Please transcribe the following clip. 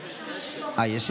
יש.